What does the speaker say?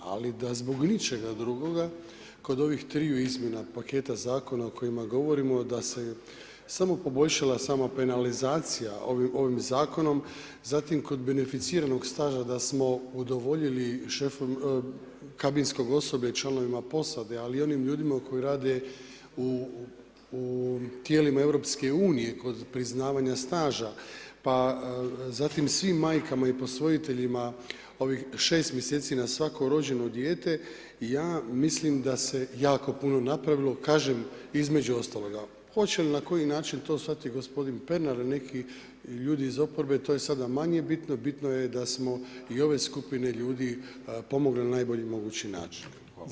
Ali da zbog ničega drugoga, kod ovih triju izmjena paketa zakona o kojima govorimo da se samo poboljšala sama penalizacija ovim zakonom, zatim kod beneficiranog staža da smo udovoljili kabinskog osoblja i članovima posade ali i onim ljudima koji rade u tijelima EU kod priznavanja staža, pa zatim svim majkama i posvojiteljima ovih 6 mjeseci na svako rođeno dijete, ja mislim da se jako puno napravilo, kažem između ostaloga, hoće li i na koji način to shvatiti i gospodin Pernar ili neki ljudi iz oporbe, to je sada manje bitno, bitno je da smo i ove skupine ljudi pomogli na najbolji mogući način.